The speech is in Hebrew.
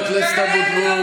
חופש הביטוי, אבוטבול.